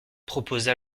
proposa